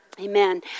Amen